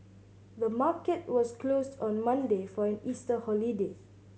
the market was closed on Monday for an Easter holiday